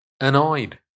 Annoyed